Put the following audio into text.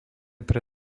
pre